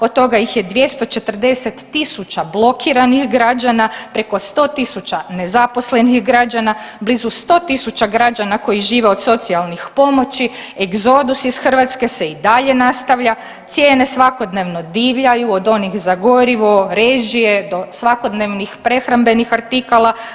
Od toga ih je 240.000 blokiranih građana, preko 100.000 nezaposlenih građana, blizu 100.000 građana koji žive od socijalnih pomoći, egzodus iz Hrvatske se i dalje nastavlja, cijene svakodnevno divljaju od onih za gorivo, režije do svakodnevnih prehrambenih artikala.